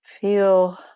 Feel